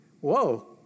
Whoa